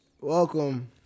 Welcome